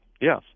Yes